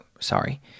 sorry